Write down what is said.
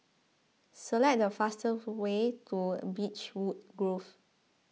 select the fastest way to Beechwood Grove